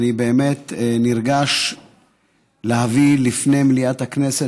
אני באמת נרגש להביא לפני מליאת הכנסת,